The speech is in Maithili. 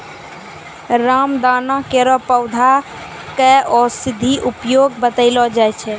रामदाना केरो पौधा क औषधीय उपयोग बतैलो जाय छै